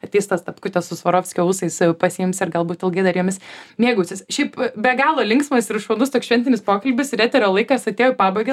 ateis tas tapkutes su swarovskio ūsais pasiims ir galbūt ilgai dar jomis mėgausis šiaip be galo linksmas ir šaunus toks šventinis pokalbis ir eterio laikas atėjo pabaiga